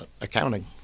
accounting